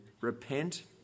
repent